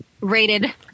rated